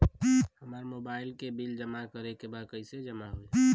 हमार मोबाइल के बिल जमा करे बा कैसे जमा होई?